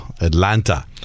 Atlanta